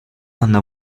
hanno